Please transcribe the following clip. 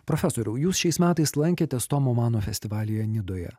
profesoriau jūs šiais metais lankėtės tomo mano festivalyje nidoje